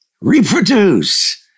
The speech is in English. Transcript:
reproduce